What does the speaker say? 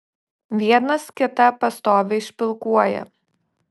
vienas kitą pastoviai špilkuoja